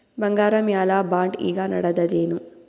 ಬಂಗಾರ ಮ್ಯಾಲ ಬಾಂಡ್ ಈಗ ನಡದದೇನು?